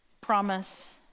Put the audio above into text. promise